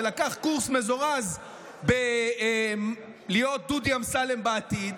שלקח קורס מזורז בלהיות דודי אמסלם בעתיד,